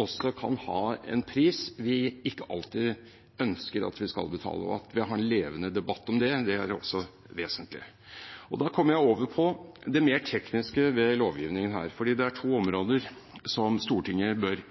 også kan ha en pris vi ikke alltid ønsker å betale, er viktig. Å ha en levende debatt om det er vesentlig. Da kommer jeg over på det mer tekniske ved lovgivningen her. Det er to områder som Stortinget bør